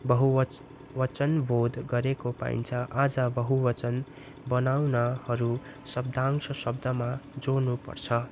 बहुवचन बोध गरेको पाइन्छ आज बहुवचन बनाउनहरू शब्दांश शब्द जोड्नु पर्छ